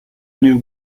knew